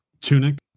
Tunic